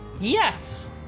yes